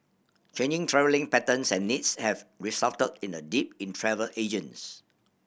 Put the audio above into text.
changing travelling patterns and needs have resulted in a dip in travel agents